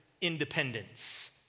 independence